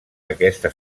aquesta